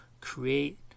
create